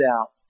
out